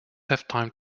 have